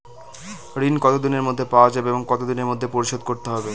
ঋণ কতদিনের মধ্যে পাওয়া যাবে এবং কত দিনের মধ্যে পরিশোধ করতে হবে?